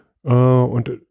Und